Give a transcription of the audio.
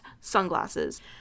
sunglasses